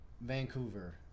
Vancouver